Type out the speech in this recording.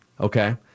Okay